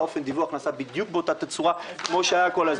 אופן הדיווח נעשה בדיוק באותה תצורה כמו שהיה כל הזמן.